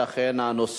1. אם כן,